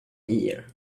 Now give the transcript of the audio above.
year